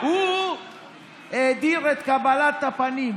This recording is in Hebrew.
הוא האדיר את קבלת הפנים.